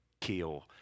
kill